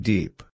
Deep